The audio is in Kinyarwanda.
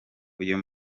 uyu